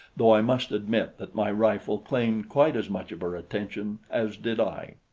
though i must admit that my rifle claimed quite as much of her attention as did i.